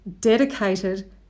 dedicated